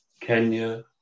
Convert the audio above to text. Kenya